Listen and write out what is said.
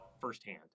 firsthand